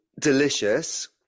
delicious